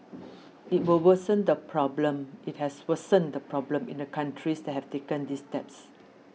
it will worsen the problem it has worsened the problem in the countries that have taken these steps